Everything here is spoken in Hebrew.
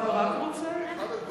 אתה רק רוצה, ?